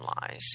lies